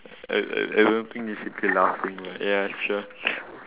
I I I don't think you should be laughing but ya sure